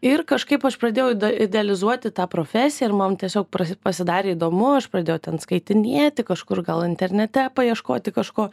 ir kažkaip aš pradėjau idealizuoti tą profesiją ir man tiesiog pasidarė įdomu aš pradėjau ten skaitinėti kažkur gal internete paieškoti kažko